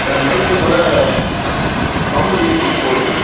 sir மைசூரில் சாமுண்டீஸ்வரி கோயில்